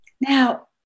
Now